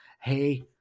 Hey